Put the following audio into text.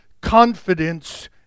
confidence